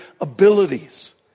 abilities